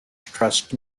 trust